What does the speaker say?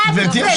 את הדברים.